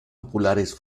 populares